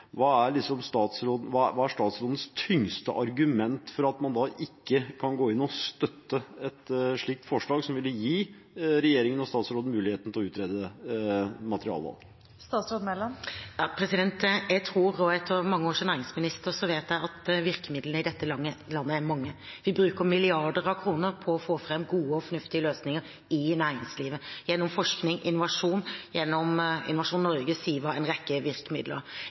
Hva er statsrådens tyngste argument for at man ikke kan gå inn og støtte et slikt forslag, som ville gitt regjeringen og statsråden muligheten til å utrede materialvalg? Etter mange år som næringsminister vet jeg at virkemidlene i dette landet er mange. Vi bruker milliarder av kroner på å få fram gode og fornuftige løsninger i næringslivet, gjennom forskning og innovasjon, gjennom Innovasjon Norge, Siva og en rekke virkemidler.